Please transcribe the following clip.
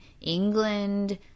England